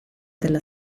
della